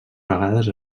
vegades